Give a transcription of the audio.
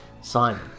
Simon